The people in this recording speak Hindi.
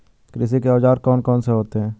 कृषि के औजार कौन कौन से होते हैं?